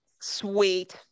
Sweet